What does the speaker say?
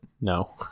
no